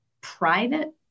private